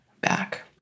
back